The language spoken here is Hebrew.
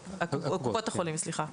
קופות החולים, סליחה.